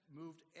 moved